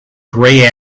grey